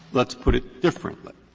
let's put it differently.